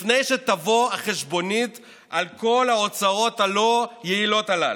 לפני שתבוא החשבונית על כל ההוצאות הלא-יעילות הללו.